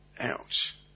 ouch